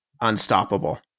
unstoppable